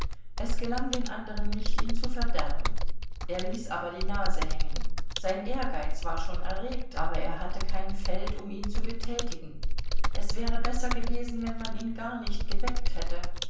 es gelang den anderen nicht ihn zu verderben er ließ aber die nase hängen sein ehrgeiz war schon erregt aber er hatte kein feld um ihn zu betätigen es wäre besser gewesen wenn man ihn gar nicht geweckt hätte